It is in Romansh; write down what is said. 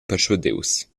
perschuadius